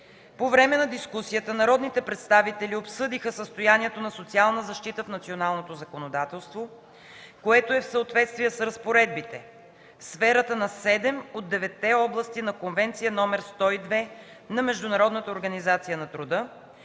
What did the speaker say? По време на дискусията народните представители обсъдиха състоянието на социална защита в националното законодателство, което е в съответствие с разпоредбите в сферата на седем от деветте области на Конвенция № 102 на Международната организация и се